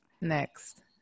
Next